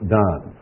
done